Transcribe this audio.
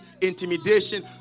intimidation